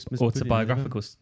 autobiographical